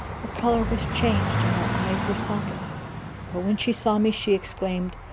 her colour was changed and her eyes were sunken but, when she saw me, she exclaimed,